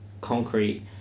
concrete